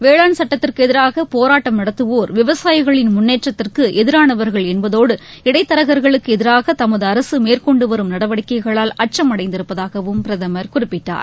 வேளாண் சுட்டத்திற்கு எதிராக போராட்டம் நடத்துவோர் விவசாயிகளின் முன்னேற்றத்திற்கு எதிரானவர்கள் என்பதோடு இடைத் தரகர்களுக்கு எதிராக தமது அரசு மேற்கொண்டு வரும் நடவடிக்கைகளால் அச்சம் அடைந்திருப்பதாகவும் பிரதமர் குறிப்பிட்டார்